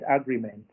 Agreement